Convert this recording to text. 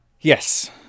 Yes